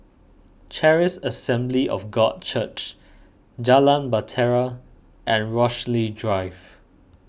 Charis Assembly of God Church Jalan Bahtera and Rochalie Drive